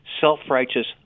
self-righteous